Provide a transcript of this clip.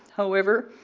however,